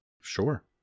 Sure